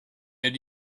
had